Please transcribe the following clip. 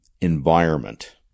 environment